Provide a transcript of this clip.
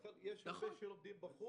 לכן יש רבים שלומדים בחו"ל,